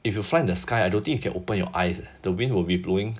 if you fly in the sky I don't think you can open your eyes eh the wind will be blowing